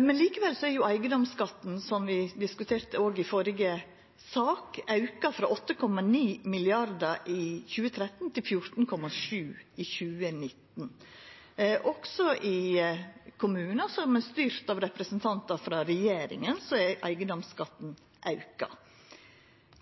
men likevel er eigedomsskatten, som vi òg diskuterte i førre sak, auka frå 8,9 mrd. kr i 2013 til 14,7 mrd. kr i 2019. Også i kommunar som er styrte av representantar frå regjeringspartia, er eigedomsskatten auka.